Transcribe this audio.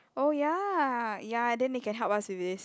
oh ya ya then they can help us with this